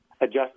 adjust